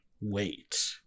wait